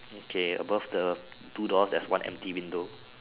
okay above the two doors there's one empty window